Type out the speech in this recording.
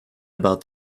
about